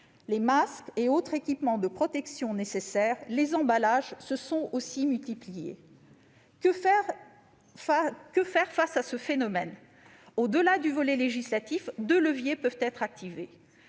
les masques et autres équipements de protection nécessaires, ainsi que les emballages se sont multipliés. Que faire face à ce phénomène ? Au-delà du volet législatif, deux leviers peuvent être activés.